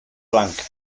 blanc